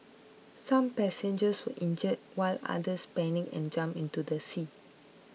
some passengers were injured while others panicked and jumped into the sea